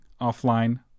offline